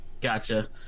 Gotcha